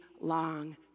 long